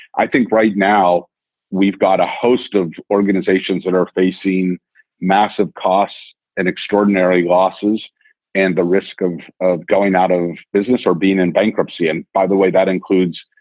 i think right now we've got a host of organizations that are facing massive costs and extraordinary losses and the risk of of going out of business or being in bankruptcy. and by the way, that includes,